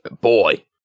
Boy